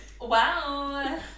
Wow